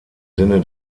sinne